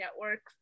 networks